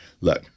look